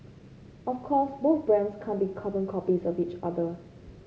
of course both brands can't be carbon copies of each other